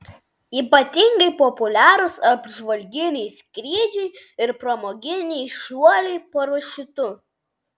ypatingai populiarūs apžvalginiai skrydžiai ir pramoginiai šuoliai parašiutu